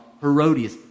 Herodias